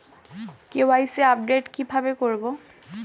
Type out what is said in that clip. KYC update কি ভাবে করবো?